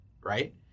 Right